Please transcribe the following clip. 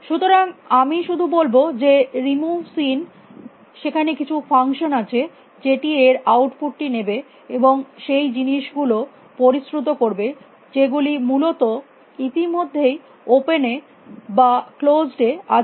সুতরাং আমি শুধু বলব যে রিমুভ সিন সেখানে কিছু ফাংশন আছে যেটি এর আউটপুট টি নেবে এবং সেই জিনিস গুলো পরিশ্রুত করবে যেগুলি মূলত ইতিমধ্যেই ওপেন এ বা ক্লোস্ড এ আছে